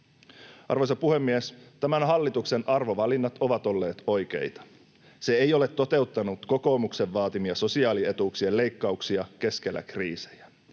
Arvoisa puhemies! Tämän hallituksen arvovalinnat ovat olleet oikeita. Se ei ole toteuttanut kokoomuksen vaatimia sosiaalietuuksien leikkauksia keskellä kriisejä.